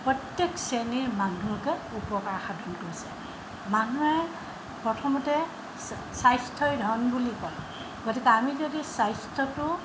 প্ৰত্যেক শ্ৰেণীৰ মানুহকে উপকাৰ সাধন কৰিছে মানুহে প্ৰথমতে চা স্বাস্থ্যই ধন বুলি কয় গতিকে আমি যদি স্বাস্থ্যটো